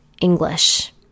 english